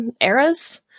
eras